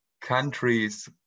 countries